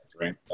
Right